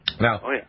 Now